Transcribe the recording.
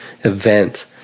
event